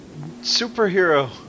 superhero